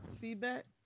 feedback